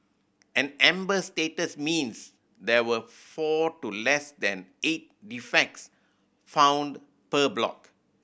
an amber status means there were four to less than eight defects found per block